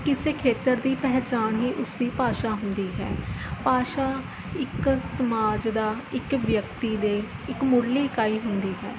ਕਿਸੇ ਖੇਤਰ ਦੀ ਪਹਿਚਾਣ ਹੀ ਉਸਦੀ ਭਾਸ਼ਾ ਹੁੰਦੀ ਹੈ ਭਾਸ਼ਾ ਇੱਕ ਸਮਾਜ ਦਾ ਇੱਕ ਵਿਅਕਤੀ ਦੇ ਇੱਕ ਮੁੱਢਲੀ ਇਕਾਈ ਹੁੰਦੀ ਹੈ